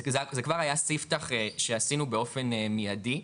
זה כבר היה ספתח שעשינו באופן מיידי.